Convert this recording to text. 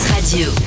Radio